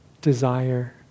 desire